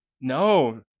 No